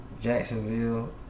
Jacksonville